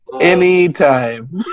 Anytime